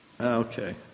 Okay